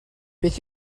beth